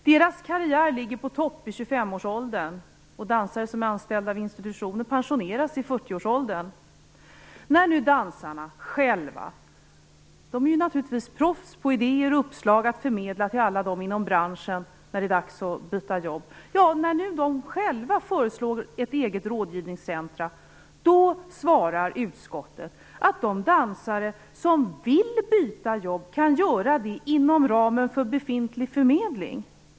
Deras karriär ligger på topp i 25 Dansarna är naturligtvis proffs med idéer och uppslag att förmedla till alla inom branschen när det är dags att byta jobb. När nu dansarna själva föreslår ett eget rådgivningscentrum svarar utskottet att de dansare som vill byta jobb kan göra det inom ramen för befintlig förmedling.